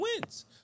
wins